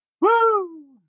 Woo